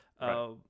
Right